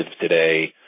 today